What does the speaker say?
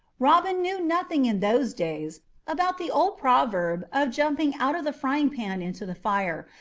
robin knew nothing in those days about the old proverb of jumping out of the frying-pan into the fire,